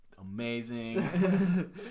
amazing